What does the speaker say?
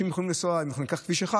אם ניקח את כביש 1,